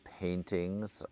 paintings